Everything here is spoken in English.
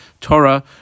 Torah